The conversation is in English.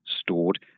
stored